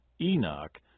Enoch